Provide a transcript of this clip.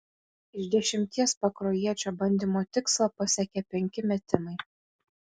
iš dešimties pakruojiečio bandymų tikslą pasiekė penki metimai